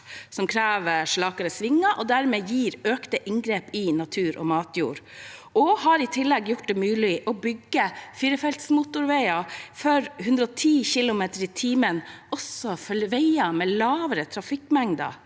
som krever slakere svinger og dermed gir økte inngrep i natur og matjord, og har i tillegg gjort det mulig å bygge firefelts motorveier med 110 km/t også for strekninger med lave trafikkmengder.